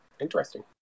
interesting